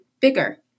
bigger